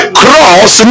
cross